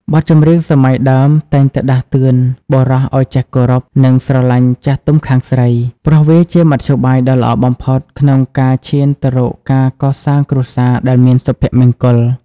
បទចម្រៀងសម័យដើមតែងតែដាស់តឿនបុរសឱ្យចេះគោរព និងស្រឡាញ់ចាស់ទុំខាងស្រី ព្រោះវាជាមធ្យោបាយដ៏ល្អបំផុតក្នុងការឈានទៅរកការកសាងគ្រួសារដែលមានសុភមង្គល។